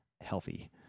healthy